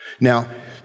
Now